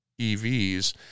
EVs